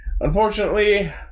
Unfortunately